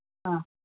ꯑ